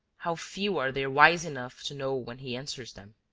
how few are there wise enough to know when he answers them!